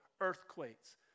Earthquakes